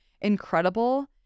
incredible